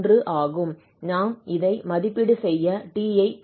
நாம் இதை மதிப்பீடு செய்ய t ஐ பெறுகிறோம்